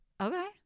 Okay